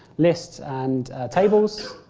lists and tables.